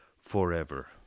forever